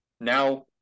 now